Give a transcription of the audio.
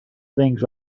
things